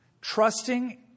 trusting